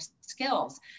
skills